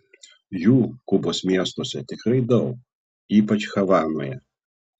jų kubos miestuose tikrai daug ypač havanoje